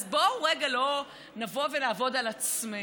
אז בואו רגע לא נבוא ונעבוד על עצמנו.